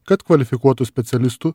kad kvalifikuotų specialistų